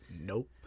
nope